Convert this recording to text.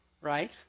right